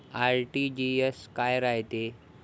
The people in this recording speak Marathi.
आर.टी.जी.एस काय रायते?